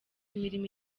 imirimo